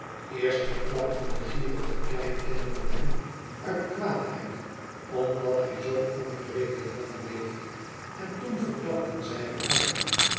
eerst verklapten de gierige kleinkinderen hem uit kwaadheid omdat hij zoo onredelijk lang leeft en toen verklapten zij elkander